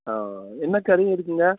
ஆ என்ன கறி இருக்குதுங்க